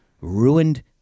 Ruined